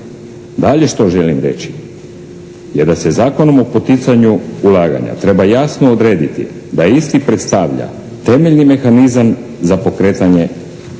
Dalje što želim reći je da se Zakonom o poticanju ulaganja treba jasno odrediti da isti predstavlja temeljni mehanizam za pokretanje poluga